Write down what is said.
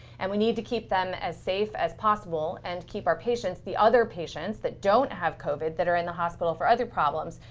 and we need to keep them as safe as possible, and keep our patients, the other patients that don't have covid, that are in the hospital for other problems,